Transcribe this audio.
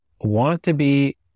want-to-be